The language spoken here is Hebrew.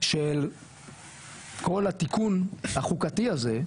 של כל התיקון החוקתי הזה,